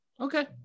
Okay